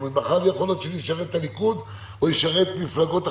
מחר יכול להיות שזה ישרת את הליכוד או ישרת מפלגות אחרות,